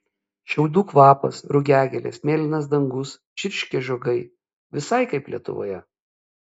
šiaudų kvapas rugiagėlės mėlynas dangus čirškia žiogai visai kaip lietuvoje